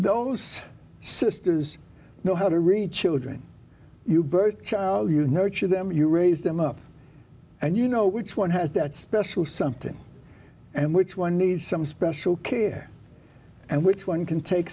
those sisters know how to reach children you birth child you nurture them you raise them up and you know which one has that special something and which one needs some special care and which one can take